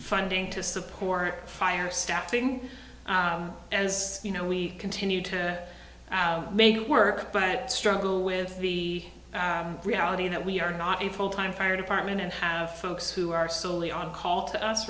funding to support higher staffing as you know we continue to make it work but i struggle with the reality that we are not a full time fire department and have folks who are solely on call to us